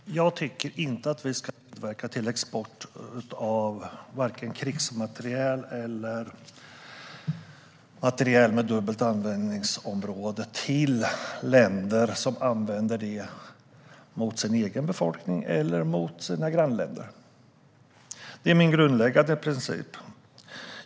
Herr talman! Jag tycker inte att vi ska medverka till export av krigsmateriel eller materiel med dubbelt användningsområde till länder som använder det mot sin egen befolkning eller mot sina grannländer. Det är min grundläggande princip.